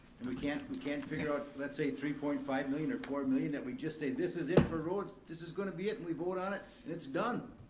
and we can't we can't figure out, let's say three point five million or four million that we just say, this is it for roads, this is gonna be it, and we vote on it, and it's done.